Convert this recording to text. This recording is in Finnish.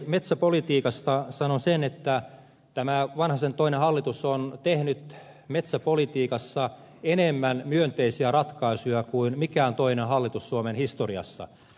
metsäpolitiikasta sanon sen että tämä vanhasen toinen hallitus on tehnyt metsäpolitiikassa enemmän myönteisiä ratkaisuja kuin mikään toinen hallitus suomen historiassa